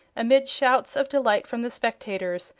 amid shouts of delight from the spectators,